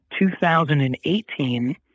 2018